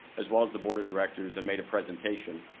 as well as the board of directors, and made a presentation.